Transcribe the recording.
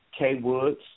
kwoods